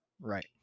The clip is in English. Right